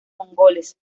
mongoles